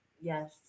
Yes